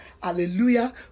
Hallelujah